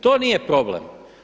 To nije problem.